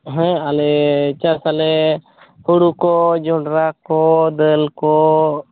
ᱦᱮᱸ ᱟᱞᱮ ᱪᱟᱥ ᱟᱞᱮ ᱦᱩᱲᱩᱠᱚ ᱡᱚᱱᱰᱨᱟ ᱠᱚ ᱫᱟᱹᱞ ᱠᱚ